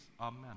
amen